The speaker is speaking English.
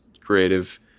creative